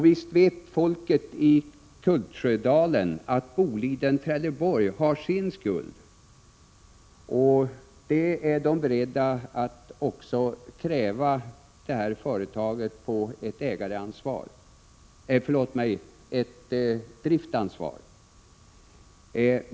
Visst vet folket i Kultsjödalen att också Boliden-Trelleborg har skuld i det hela, och de är beredda att kräva att företaget tar sitt driftsansvar.